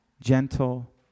gentle